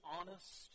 honest